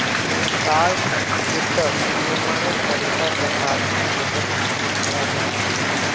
short वित्तक अनुमानित तरीका स साधनेर रूपत इस्तमाल कराल जा छेक